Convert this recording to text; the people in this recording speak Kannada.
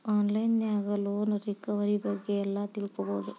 ಆನ್ ಲೈನ್ ನ್ಯಾಗ ಲೊನ್ ರಿಕವರಿ ಬಗ್ಗೆ ಎಲ್ಲಾ ತಿಳ್ಕೊಬೊದು